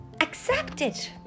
accepted